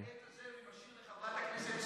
את העט הזה אני משאיר לחברת הכנסת סטרוק,